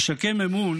לשקם אמון